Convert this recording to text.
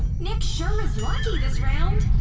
nick sure is lucky this round!